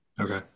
Okay